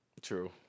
True